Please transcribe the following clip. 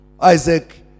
isaac